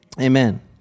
Amen